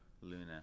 luna